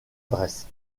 adresse